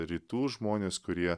rytų žmonės kurie